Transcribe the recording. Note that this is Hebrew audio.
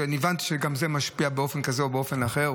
הבנתי שגם זה משפיע באופן כזה או אחר.